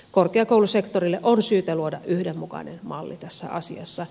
korkeakoulusektorille on syytä luoda yhdenmukainen malli tässä asiassa